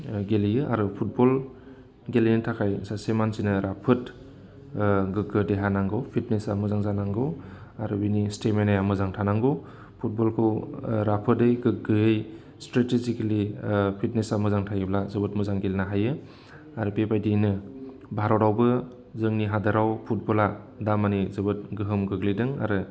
गेलेयो आरो फुटबल गेलेनो थाखाय सासे मानसिनो राफोद गोगो देहा नांगौ फिटनेसा मोजां जानांगौ आरो बेनि स्टेमिनाया मोजां थानांगौ फुटबलखौ राफोदै गोगोयै स्ट्रेटिजिकेलि फिटनेसा मोजां थायोब्ला जोबोद मोजां गेलेनो हायो आरो बेबायदियैनो भारतावबो जोंनि हादोराव फुटबला दामानि जोबोद गोहोम गोग्लैदों आरो